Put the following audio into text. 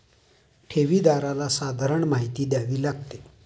ठेवीदाराला सर्वसाधारण माहिती द्यावी लागते